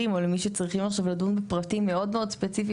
או למי שצריכים עכשיו לדון בפרטים מאוד ספציפיים